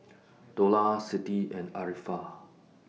Dollah Siti and Arifa